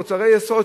מוצרי יסוד,